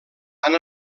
han